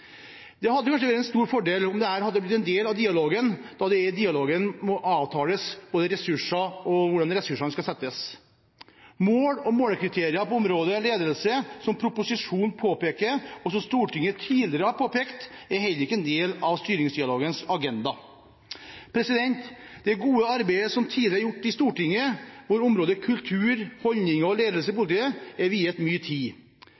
Det hadde vært en stor fordel om dette hadde blitt en del av dialogen, da det er i dialogen en avtaler målene og hvordan ressursene skal settes inn. Mål og målekriterier på området ledelse, som proposisjonen påpeker, og som Stortinget tidligere har påpekt, er heller ikke en del av styringsdialogens agenda. Det gode arbeidet som tidligere er gjort i Stortinget, hvor området kultur, holdninger og ledelse i politiet er viet mye tid,